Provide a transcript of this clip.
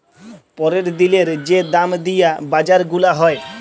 প্যরের দিলের যে দাম দিয়া বাজার গুলা হ্যয়